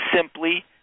simply